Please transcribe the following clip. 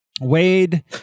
Wade